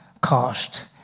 cost